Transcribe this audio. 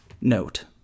Note